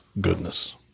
goodness